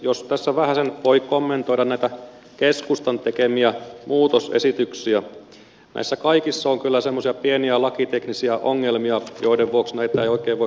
jos tässä vähäsen voi kommentoida näitä keskustan tekemiä muutosesityksiä niin näissä kaikissa on kyllä semmoisia pieniä lakiteknisiä ongelmia joiden vuoksi näitä ei oikein voi kyllä kannattaa